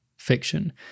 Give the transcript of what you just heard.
Fiction